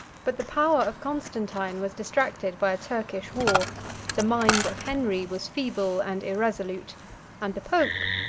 but the power of constantine was distracted by a turkish war the mind of henry was feeble and irresolute and the pope,